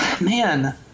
man